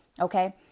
okay